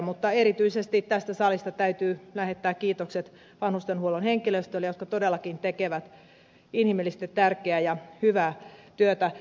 mutta erityisesti tästä salista täytyy lähettää kiitokset vanhustenhuollon henkilöstölle jotka todellakin tekevät inhimillisesti tärkeää ja hyvää työtä